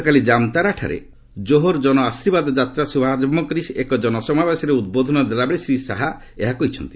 ଗତକାଲି ଜାମ୍ତାରାଠାରେ ଜୋହର ଜନ ଆଶୀର୍ବାଦ ଯାତ୍ରା ଶୁଭାରମ୍ଭ କରି ଏକ ଜନସମାବେଶରେ ଉଦ୍ବୋଧନ ଦେଲାବେଳେ ଶ୍ରୀ ଶାହା ଏହା କହିଛନ୍ତି